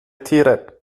tiere